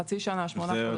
זה חצי שנה, שמונה חודשים.